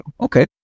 Okay